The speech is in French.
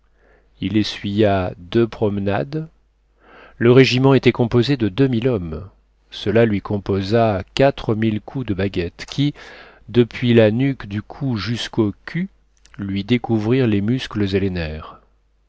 il essuya deux promenades le régiment était composé de deux mille hommes cela lui composa quatre mille coups de baguette qui depuis la nuque du cou jusqu'au cul lui découvrirent les muscles et les nerfs